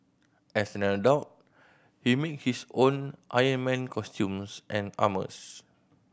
as an adult he make his own Iron Man costumes and armours